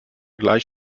gleich